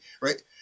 right